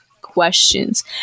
questions